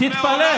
אתה הצבעת עבורי?